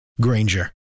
Granger